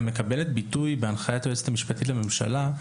מקבלת ביטוי בהנחיית היועצת המשפטית לממשלה,